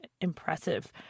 impressive